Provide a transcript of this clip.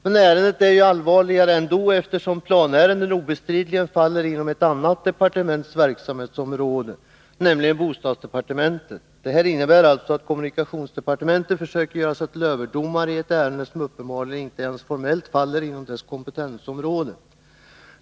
Men ärendet är allvarligare än så, eftersom planärenden obestridligen faller inom ett annat departements verksamhetsområde, nämligen bostadsdepartementets. Det här innebär alltså att kommunikationsdepartementet försöker göra sig till en överdomare i ett ärende som uppenbarligen inte ens formellt faller inom dess kompetensområde.